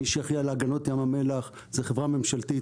מי שאחראי על הגנות ים המלח זה חברה ממשלתית,